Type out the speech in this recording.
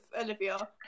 Olivia